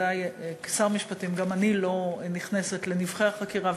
בוודאי כשר המשפטים גם אני לא נכנסת לנבכי החקירה,